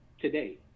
today